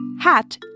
hat